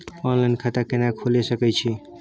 Online खाता केना खोले सकै छी?